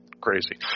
crazy